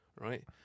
right